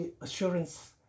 assurance